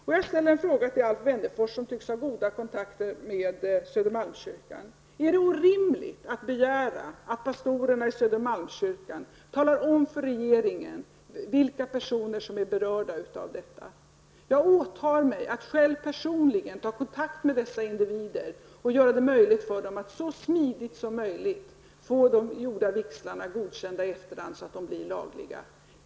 Jag vill ställa en fråga till Alf Wennerfors, som tycks ha goda kontakter med Södermalmskyrkan: Är det orimligt att begära att pastorerna i Södermalmskyrkan talar om för regeringen vilka personer som är berörda av detta? Jag åtar mig att personligen ta kontakt med dessa individer och att göra det möjligt för dem att så smidigt som möjligt få förrättade vigslar godkända i efterhand, så att vigslarna blir lagliga.